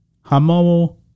Hamo